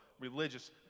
religious